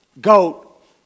goat